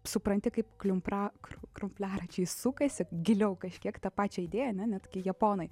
supranti kaip kliumpra krumpliaračiai sukasi giliau kažkiek tą pačią idėją ne net kai japonai